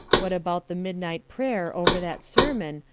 what about the midnight prayer over that sermon,